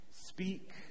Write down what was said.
speak